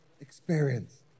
experience